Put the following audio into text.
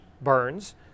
burns